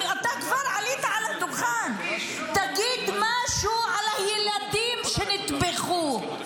אם כבר עלית לדוכן, תגיד משהו על הילדים שנטבחו.